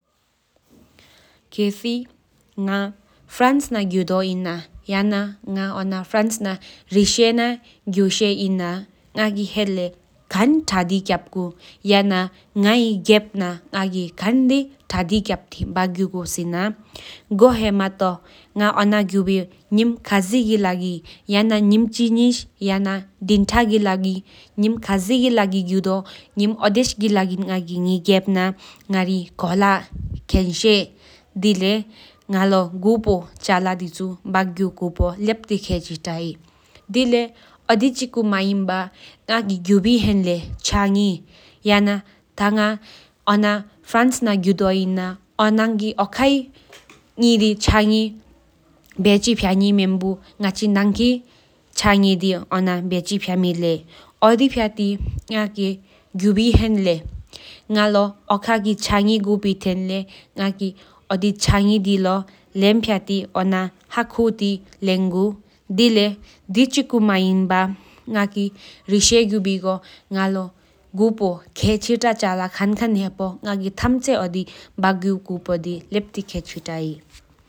ཁེ་སི་ང་ཧྥ་རན་སི་ན་གཡུ་དོ་ཨིན་ན་ཡ་ན་རེཤེ་ན་གུ་ཤེ་ཨིན་ན་ང་གི་ཧན་ལེཡ་ཁན་ཐ་དི་སྐྱབ་གུ་སེ་ན་ང་གི་རྒྱབ་ན་ང་གི་ཁན་དི་ཐ་དི་སྐྱབ། ཏི་བག་གུ་སེ་ན་གོ་ཧེ་མ་ཏཱ་ང་ཨོ་ན་དི་མ་ཁ་ཇི་ལ་གི་གཡུ་དོ་ཨོ་དེ་ཤ་གི་ལ་གི་ངེ་རྒྱབ་ན་ཁོ་ལ་ད་ལེ་ད་གློ་གྱུ་པོའི་ཆ་ལ་དེ་ཆུ་བག་གུ་པོ་ལེབ་ཏི་། ཁེ་གྱི་ཏཱ་ཧེ་ད་ལེ་ང་གི་གཡུ་བི་ཧན་ལེཡ་ཆ་ངི་ང་གི་ཨོ་དྷ་གུ་བི་གཕུ་ཨོ་ཆ་ངི་སྦྱི་ཧྲེ་སྦྱིད་མེན་བོ་གཉག་ཆི། དེ་ཞོན་པི་ཆ་ངི་ཨོ་ཁ་གྱུགས་མེ་ལེ་ཡོ་དི་ཧྱ་ཏི་ང་གི་ཆ་ངི་དེ་ཡ་བག་གུ་ད་ལེ་རོང་ལོ་གྱུ་པོའི་ཆ་ལ་དི་ཡ་བག་གུ་པོལེབ་ཏི་ཁེ་གྱི་ཏ་ཧེཔོ་ཨིན།